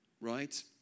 right